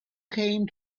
came